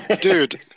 Dude